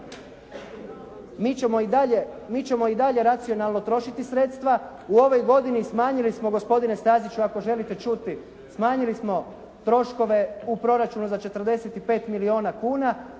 Mi ćemo i dalje racionalano trošiti sredstva. U ovoj godini smanjili smo gospodine Staziću ako želite čuti, smanjili smo troškove u proračunu za 45 milijuna kuna.